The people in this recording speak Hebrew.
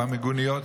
במיגוניות,